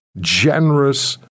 generous